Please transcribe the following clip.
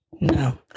no